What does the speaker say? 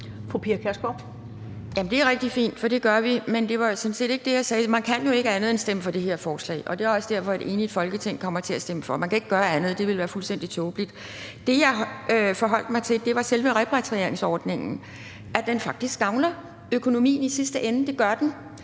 Det er rigtig fint, for det gør vi, men det var jo sådan set ikke det, jeg talte om. Man kan jo ikke andet end at stemme for det her forslag, og det er også derfor, at et enigt Folketing kommer til at stemme for det – man kan ikke gøre andet; det ville være fuldstændig tåbeligt. Det, jeg forholdt mig til, var, at selve repatrieringsordningen faktisk gavner økonomien i sidste ende – det gør den.